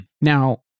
Now